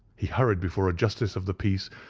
he hurried before a justice of the peace,